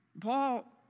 Paul